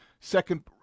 second